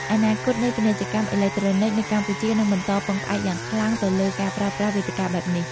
អនាគតនៃពាណិជ្ជកម្មអេឡិចត្រូនិកនៅកម្ពុជានឹងបន្តពឹងផ្អែកយ៉ាងខ្លាំងទៅលើការប្រើប្រាស់វេទិកាបែបនេះ។